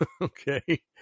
Okay